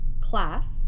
Class